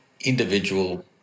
individual